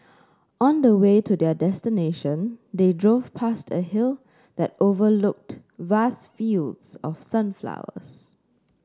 on the way to their destination they drove past a hill that overlooked vast fields of sunflowers